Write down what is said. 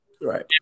Right